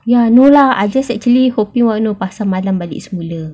ya no lah I just actually hoping what know pasar malam balik semula